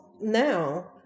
now